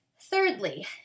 Thirdly